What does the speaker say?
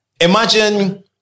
imagine